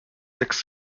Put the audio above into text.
six